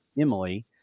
Emily